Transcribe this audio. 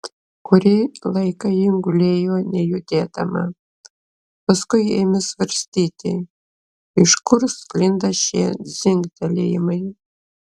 kurį laiką ji gulėjo nejudėdama paskui ėmė svarstyti iš kur sklinda šie dzingtelėjimai